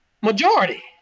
Majority